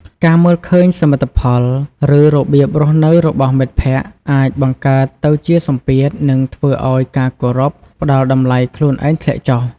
ការមើលឃើញសមិទ្ធផល ឬរបៀបរស់នៅរបស់មិត្តភ័ក្តិអាចបង្កើតទៅជាសម្ពាធ និងធ្វើឱ្យការគោរព ផ្ដល់តម្លៃខ្លួនឯងធ្លាក់ចុះ។